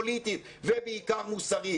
פוליטית ובעיקר מוסרית.